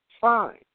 Fine